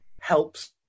helps